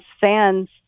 fans